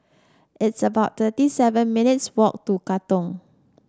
it's about thirty seven minutes' walk to Katong